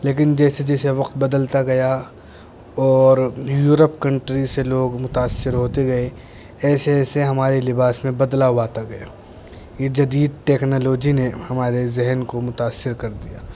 لیکن جیسے جیسے وقت بدلتا گیا اور یورپ کنٹری سے لوگ متاثر ہوتے گئے ایسے ایسے ہمارے لباس میں بدلاؤ آتا گیا یہ جدید ٹیکنالوجی نے ہمارے ذہن کو متأثر کر دیا